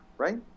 Right